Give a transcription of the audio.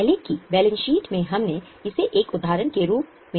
पहले की balance sheet में हमने इसे एक उदाहरण के रूप में उधार कहा है